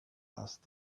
asked